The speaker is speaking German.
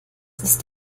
ist